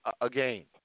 Again